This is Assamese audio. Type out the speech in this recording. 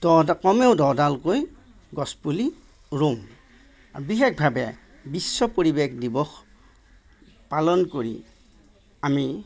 দহটা কমেও দহডাল কৈ গছ পুলি ৰোওঁ আৰু বিশেষভাৱে বিশ্ব পৰিৱেশ দিৱস পালন কৰি আমি